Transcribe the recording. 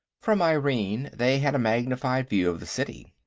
from irene, they had a magnified view of the city.